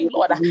Lord